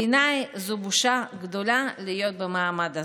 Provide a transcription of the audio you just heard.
בעיניי זו בושה גדולה להיות במעמד הזה,